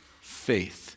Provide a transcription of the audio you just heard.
faith